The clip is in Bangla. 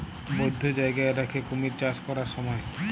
বধ্য জায়গায় রাখ্যে কুমির চাষ ক্যরার স্যময়